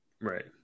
right